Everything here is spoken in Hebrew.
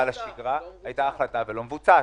הייתה החלטה שלא מבוצעת.